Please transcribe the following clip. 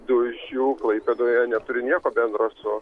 du iš jų klaipėdoje neturi nieko bendro su